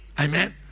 Amen